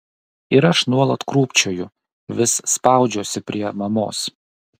ir aš nuolat krūpčioju vis spaudžiuosi prie mamos